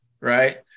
right